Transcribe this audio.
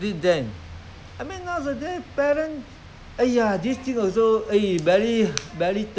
their children to throw inside the rural area let them li~ live there I mean for for for